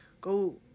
Go